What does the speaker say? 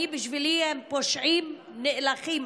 בשבילי הם פושעים נאלחים,